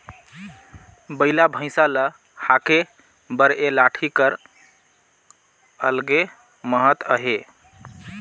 बइला भइसा ल हाके बर ए लाठी कर अलगे महत अहे